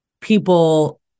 people